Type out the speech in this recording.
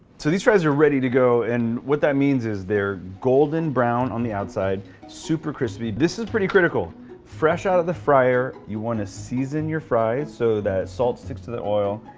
these fries are ready to go and what that means is they're golden brown on the outside, super crispy. this is pretty critical fresh out of the fryer you want to season your fries so that salt sticks to the oil,